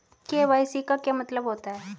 KYC का क्या मतलब होता है?